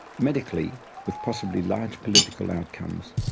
medically, with possibly large political outcomes,